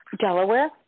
Delaware